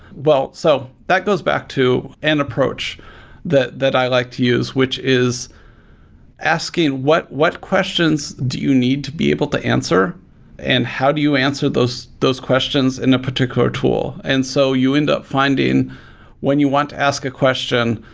so that goes back to an approach that that i like to use, which is asking what what questions do you need to be able to answer and how do you answer those those questions in a particular tool. and so you end up finding when you want to ask a question,